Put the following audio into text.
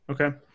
Okay